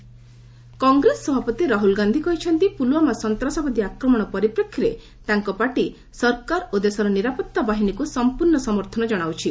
Rahul Pulwama attack Congress ସଭାପତି ରାହୁଳ ଗାନ୍ଧୀ କହିଛନ୍ତି ପୁଲୱ୍ୱାମା ସନ୍ତ୍ରାସବାଦୀ ଆକ୍ରମଣ ପରିପ୍ରେକ୍ଷୀରେ ତାଙ୍କ ପାର୍ଟି ସରକାର ଓ ଦେଶର ନିରାପତ୍ତା ବାହିନୀକୁ ସଂପୂର୍ଣ୍ଣ ସମର୍ଥନ କଣାଉଛି